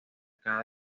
cada